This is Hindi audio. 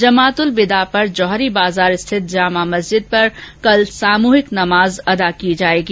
जमातुलविदा पर जौहरी बाजार स्थित जामा मस्जिद पर सामूहिक नमाज अदा की जाएगी